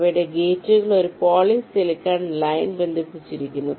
അവയുടെ ഗേറ്റുകൾ ഒരു പോളി സിലിക്കൺ ലൈൻവഴി ബന്ധിപ്പിച്ചിരിക്കുന്നു